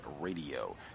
radio